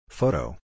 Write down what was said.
Photo